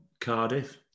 Cardiff